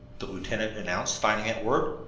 the lieutenant announced, finding that word.